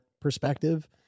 perspective